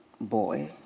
boy